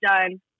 done